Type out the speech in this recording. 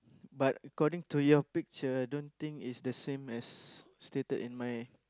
but according to your picture I don't think is the same as stated in mine